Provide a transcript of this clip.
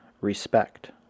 respect